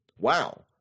wow